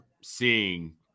seeing